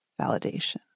validation